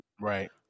Right